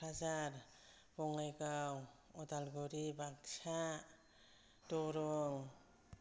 Kokrajhar Bongaigaon Udalguri Baksa Darrang